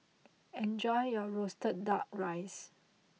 enjoy your Roasted Duck Rice